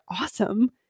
awesome